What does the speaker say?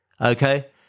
Okay